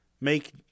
Make